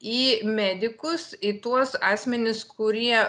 į medikus į tuos asmenis kurie